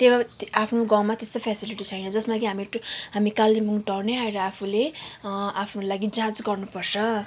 त्यो आफ्नो गाउँमा त्यस्तो फेसिलिटी छैन जसमा कि हामी कालिम्पोङ टाउनै आएर आफूले आफ्नो लागि जाँच गर्नु पर्छ